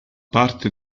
parte